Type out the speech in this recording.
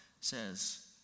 says